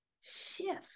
shift